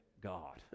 God